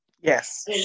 Yes